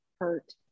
hurt